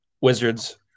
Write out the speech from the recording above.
Wizards